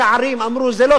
אמרו: זה לא טוב,